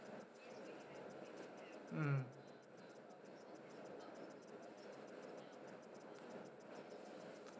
mm